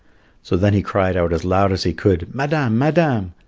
so then he cried out as loud as he could, madame, madame.